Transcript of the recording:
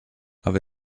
aber